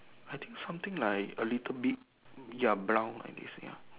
I think something like a little bit ya brown I guess ya